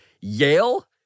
Yale